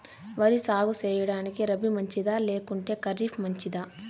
వరి సాగు సేయడానికి రబి మంచిదా లేకుంటే ఖరీఫ్ మంచిదా